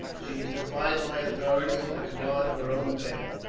she has defied my authority and has gone her own path,